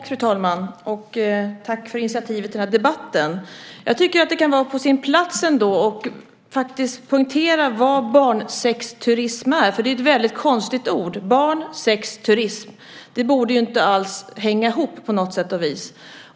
Fru talman! Tack för initiativet till debatten. Det kan vara på sin plats att poängtera vad barnsexturism är. Det är ett konstigt ord: barn-sex-turism. Det borde inte hänga ihop.